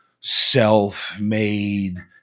self-made